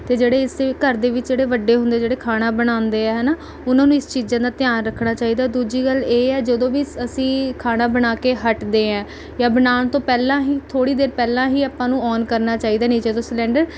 ਅਤੇ ਜਿਹੜੇ ਇਸ ਘਰ ਦੇ ਵਿੱਚ ਜਿਹੜੇ ਵੱਡੇ ਹੁੰਦੇ ਜਿਹੜੇ ਖਾਣਾ ਬਣਾਉਂਦੇ ਹੈ ਹੈ ਨਾ ਉਨ੍ਹਾਂ ਨੂੰ ਇਸ ਚੀਜ਼ਾਂ ਦਾ ਧਿਆਨ ਰੱਖਣਾ ਚਾਹੀਦਾ ਦੂਜੀ ਗੱਲ ਇਹ ਹੈ ਜਦੋਂ ਵੀ ਅਸੀਂ ਖਾਣਾ ਬਣਾ ਕੇ ਹੱਟਦੇ ਹੈ ਜਾਂ ਬਣਾਉਣ ਤੋਂ ਪਹਿਲਾਂ ਹੀ ਥੋੜ੍ਹੀ ਦੇਰ ਪਹਿਲਾਂ ਹੀ ਆਪਾਂ ਨੂੰ ਔਨ ਕਰਨਾ ਚਾਹੀਦਾ ਨੀਚੇ ਤੋਂ ਸਿਲੰਡਰ